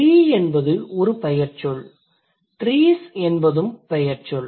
tree என்பது ஒரு பெயர்ச்சொல் trees என்பதும் பெயர்ச்சொல்